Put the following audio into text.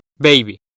baby